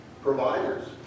Providers